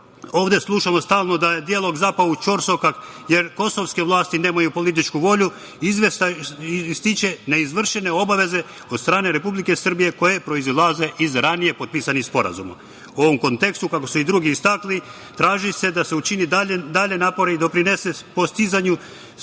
ovde slušamo stalno da je dijalog zapao u ćorsokak, jer, kosovske vlasti nemaju političku volju, izveštaj ističe neizvršene obaveze od strane Republike Srbije koje proizilaze iz ranije potpisanih sporazuma.U ovom kontekstu, kako su i drugi istakli, traži se da se učine dalji napori i doprinese postizanju